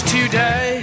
Today